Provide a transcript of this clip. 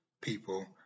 people